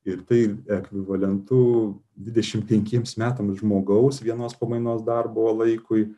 ir tai ekvivalentu dvidešimt penkiems metams žmogaus vienos pamainos darbo laikui